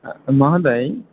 महोदय